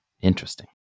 Interesting